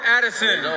Addison